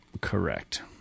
Correct